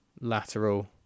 Lateral